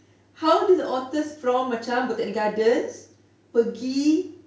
how did the otters from macam botanic gardens pergi